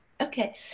Okay